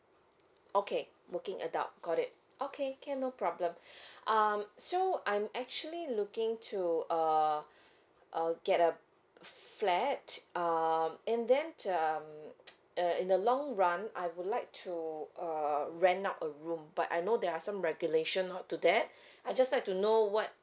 okay working adult got it okay can no problem um so I'm actually looking to err err get a flat um and then um err in the long run I would like to uh rent out a room but I know there are some regulation not to that I just like to know what